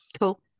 Cool